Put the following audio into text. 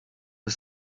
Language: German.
ist